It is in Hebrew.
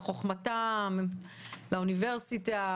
את חוכמתם לאוניברסיטה,